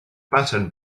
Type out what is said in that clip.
passen